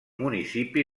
municipi